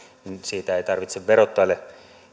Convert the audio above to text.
niin siitä ei tarvitse verottajalle